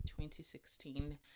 2016